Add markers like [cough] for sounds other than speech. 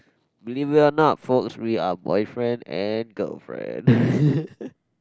believe it or not folks we're boyfriend and girlfriend [laughs]